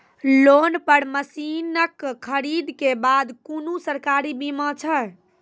Loan पर मसीनऽक खरीद के बाद कुनू सरकारी बीमा छै?